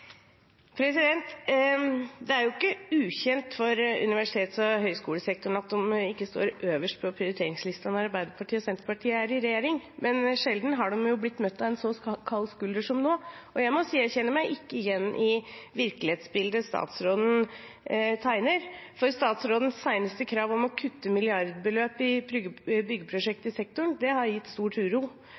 Det er jo ikke ukjent for universitets- og høyskolesektoren at de ikke står øverst på prioriteringslisten når Arbeiderpartiet og Senterpartiet er i regjering, men sjelden har de blitt møtt av en så kald skulder som nå. Jeg må si at jeg ikke kjenner meg igjen i virkelighetsbildet statsråden tegner, for statsrådens seneste krav om å kutte milliardbeløp i byggeprosjekter i sektoren har gitt stor